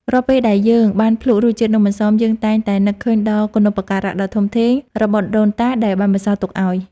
រាល់ពេលដែលយើងបានភ្លក់រសជាតិនំអន្សមយើងតែងតែនឹកឃើញដល់គុណូបការៈដ៏ធំធេងរបស់ដូនតាដែលបានបន្សល់ទុកឱ្យ។